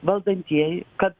valdantieji ka